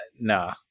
nah